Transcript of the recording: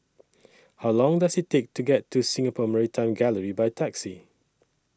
How Long Does IT Take to get to Singapore Maritime Gallery By Taxi